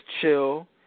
chill